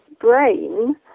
brain